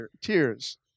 tears